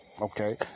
Okay